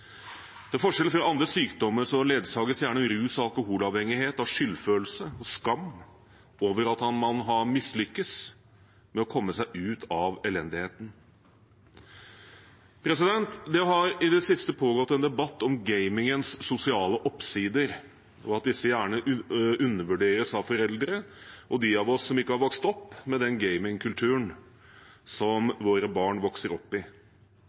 Til forskjell fra andre sykdommer ledsages gjerne rus- og alkoholavhengighet av skyldfølelse og skam over at man har mislyktes med å komme seg ut av elendigheten. Det har i det siste pågått en debatt om gamingens sosiale oppsider, og at disse gjerne undervurderes av foreldre og de av oss som ikke har vokst opp med den gamingkulturen som våre barn vokser opp